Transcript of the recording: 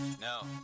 No